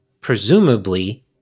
presumably